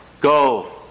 go